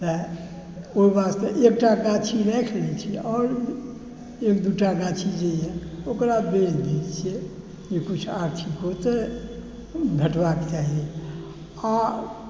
तऽ एहि वास्ते एकटा गाछी राखि लै छी आओर एक दू टा गाछी जे अइ ओकरा बेच दै छिए जे किछु आर्थिको तऽ भेटबाक चाही आओर